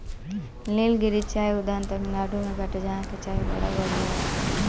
निलगिरी चाय उद्यान तमिनाडु में बाटे जहां के चाय बड़ा बढ़िया हअ